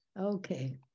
Okay